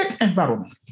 environment